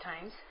times